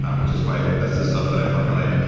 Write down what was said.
um which is why, that's the stuff that i formulate.